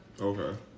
Okay